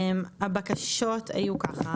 הבקשות היו ככה.